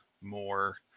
more